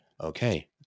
okay